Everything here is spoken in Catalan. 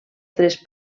tres